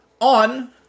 on